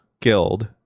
Guild